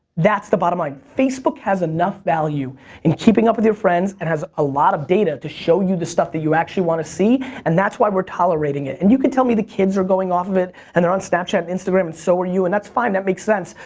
that's the bottom line. facebook has enough value in keeping up with your friends, and has a lot of data to show you the stuff that you actually want to see, and that's why we're tolerating it. and you could tell me the kids are going off of it, and they're on snapchat and instagram and so are you, and that's fine, that makes sense,